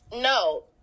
no